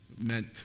meant